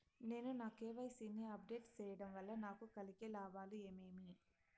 నేను నా కె.వై.సి ని అప్ డేట్ సేయడం వల్ల నాకు కలిగే లాభాలు ఏమేమీ?